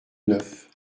neuf